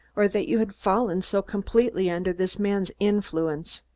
or that you had fallen so completely under this man's influence.